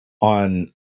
on